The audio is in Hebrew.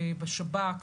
בשב"כ,